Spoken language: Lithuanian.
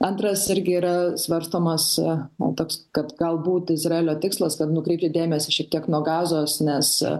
antras irgi yra svarstomas toks kad galbūt izraelio tikslas kad nukreipti dėmesį šiek tiek nuo gazos nes